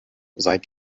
seit